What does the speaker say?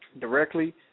directly